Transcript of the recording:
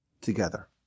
together